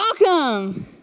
Welcome